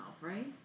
right